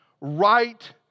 right